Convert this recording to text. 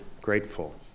grateful